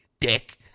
Dick